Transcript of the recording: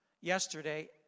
yesterday